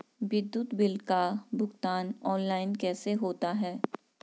विद्युत बिल का भुगतान ऑनलाइन कैसे होता है?